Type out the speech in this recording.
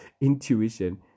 intuition